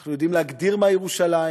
אנחנו יודעים להגדיר מהי ירושלים,